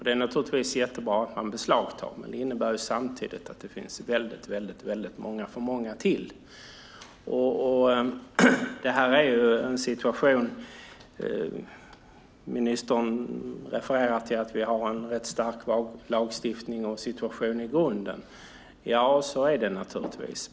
Det är naturligtvis bra att vapen beslagtas, men det innebär samtidigt att det finns många fler vapen. Ministern refererar till att det finns en stark vapenlagstiftning i grunden. Så är det, naturligtvis.